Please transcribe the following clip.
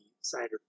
cider